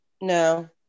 No